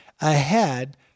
ahead